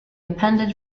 appended